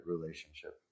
relationship